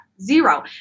Zero